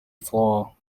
floor